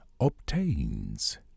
obtains